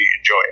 enjoy